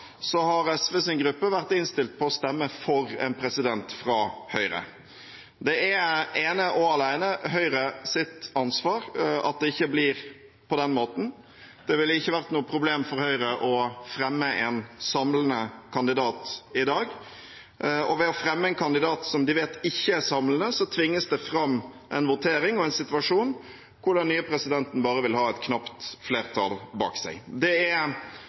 har SVs gruppe vært innstilt på å stemme for en president fra Høyre. Det er ene og alene Høyres ansvar at det ikke blir på den måten. Det ville ikke vært noe problem for Høyre å fremme en samlende kandidat i dag. Ved å fremme en kandidat som de vet ikke er samlende, tvinges det fram en votering og en situasjon hvor den nye presidenten bare vil ha et knapt flertall bak seg. Det er